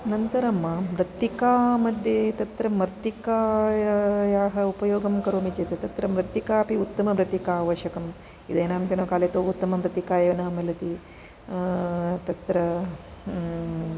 नन्तरं मृत्तिकामध्ये तत्र मृत्तिकायायाः उपयोगं करोमि चेत् तत्र मृत्तिका अपि उत्तममृत्तिका आवश्यकं इदानीन्तनकाले तु उत्तममृत्तिका एव न मिलति तत्र